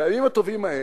בימים הטובים ההם,